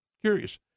curious